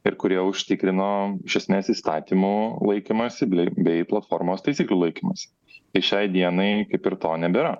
ir kurie užtikrino iš esmės įstatymų laikymąsi bei bei platformos taisyklių laikymąsi tai šiai dienai kaip ir to nebėra